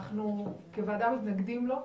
אנחנו כוועדה מתנגדים לו,